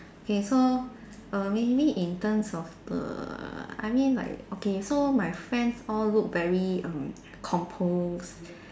okay so err maybe in terms of the I mean like okay so my friends all look very um composed